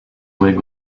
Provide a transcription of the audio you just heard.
wig